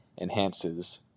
enhances